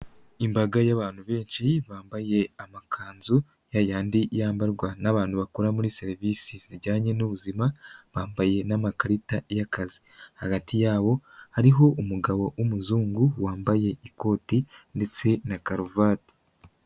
Imbaga y'abantu benshi, bambaye amakanzu, yayandi yambarwa n'abantu bakora muri serivisi zijyanye n'ubuzima bambaye n'makarita y'akazi, hagati yabo hariho umugabo w'umuzungu wambaye ikoti ndetse na karuvati.